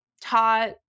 taught